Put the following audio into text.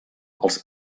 els